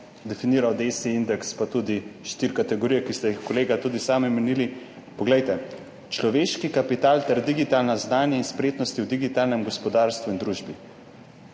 definiral DESI indeks nudi štiri kategorije, ki ste jih, kolega, tudi sami omenili. Poglejte, človeški kapital ter digitalna znanja in spretnosti v digitalnem gospodarstvu in družbi